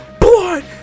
blood